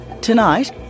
Tonight